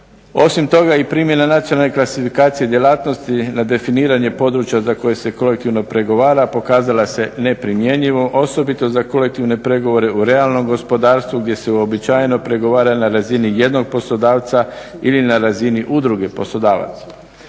Osim toga i primjena nacionalne klasifikacije djelatnosti na definiranje područja za koje se kolektivno pregovara pokazala se neprimjenjivom osobito za kolektivne pregovore u realnom gospodarstvu gdje se uobičajeno pregovara na razini jednog poslodavca ili na razini udruge poslodavaca.